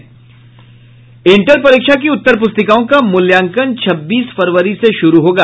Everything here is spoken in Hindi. इंटर परीक्षा की उत्तर पुस्तिकाओं का मूल्यांकन छब्बीस फरवरी से शुरू होगा